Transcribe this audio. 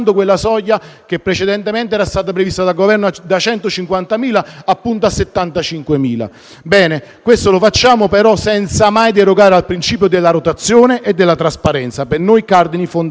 che precedentemente era stata prevista dal Governo, portandola da 150.000 appunto a 75.000. Questo lo facciamo, però, senza mai derogare al principio della rotazione e della trasparenza, per noi cardini fondamentali.